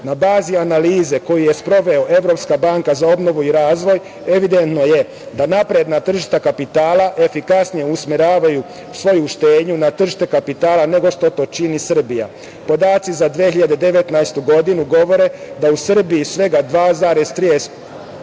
bazi analize koju je sprovela Evropska banka za obnovu i razvoj, evidentno je da napredna tržišta kapitala efikasnije usmeravaju svoju štednju na tržište kapitala nego što to čini Srbija. Podaci za 2019. godinu govore da u Srbiji svega 2,32%